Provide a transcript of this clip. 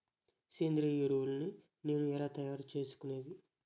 సేంద్రియ ఎరువులని నేను ఎలా తయారు చేసుకునేది?